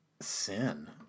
sin